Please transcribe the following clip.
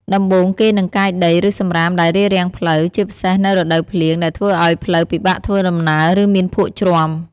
ដំបូងគេនឹងកាយដី ឬសំរាមដែលរារាំងផ្លូវ ជាពិសេសនៅរដូវភ្លៀងដែលធ្វើឲ្យផ្លូវពិបាកធ្វើដំណើរ ឬមានភក់ជ្រាំ។